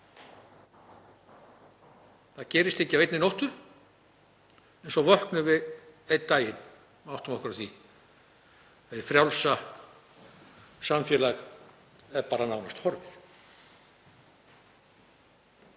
Það gerist ekki á einni nóttu en svo vöknum við einn daginn og áttum okkur á því að hið frjálsa samfélag er nánast horfið.